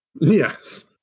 yes